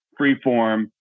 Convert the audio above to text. Freeform